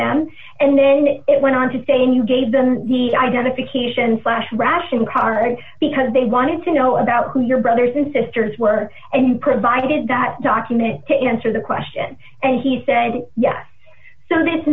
them and then it went on to say and you gave them the identification slash ration card because they wanted to know about who your brothers and sisters were and provided that document to answer the question and he said yes so this